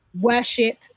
worship